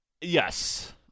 Yes